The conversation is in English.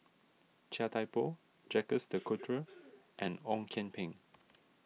Chia Thye Poh Jacques De Coutre and Ong Kian Peng